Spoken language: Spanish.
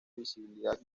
visibilidad